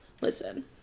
Listen